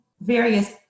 various